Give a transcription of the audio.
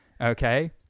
okay